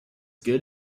good